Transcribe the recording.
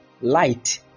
light